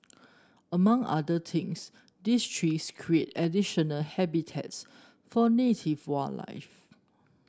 among other things these trees create additional habitats for native wildlife